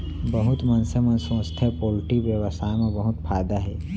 बहुत मनसे मन सोचथें पोल्टी बेवसाय म बहुत फायदा हे